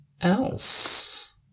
else